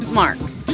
marks